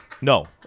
No